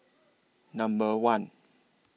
Number one